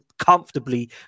comfortably